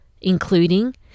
including